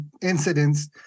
incidents